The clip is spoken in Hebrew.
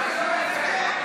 עטייה,